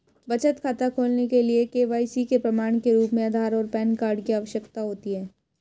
बचत खाता खोलने के लिए के.वाई.सी के प्रमाण के रूप में आधार और पैन कार्ड की आवश्यकता होती है